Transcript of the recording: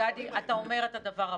גדי, אתה אומר את הדבר הבא.